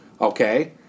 okay